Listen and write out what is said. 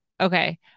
Okay